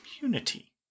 community